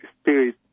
spirit